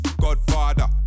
Godfather